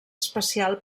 especial